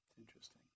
interesting